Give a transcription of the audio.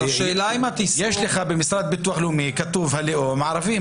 אבל השאלה אם התזכורת --- במוסד לביטוח לאומי כתוב הלאום ערבי,